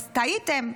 אז טעיתם.